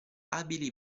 abili